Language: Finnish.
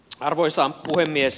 arvoisa puhemies